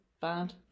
bad